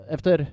Efter